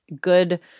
good